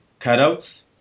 cutouts